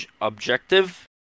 objective